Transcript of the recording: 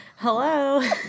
Hello